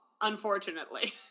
unfortunately